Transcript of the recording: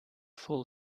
full